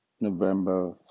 November